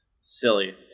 Silly